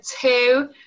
two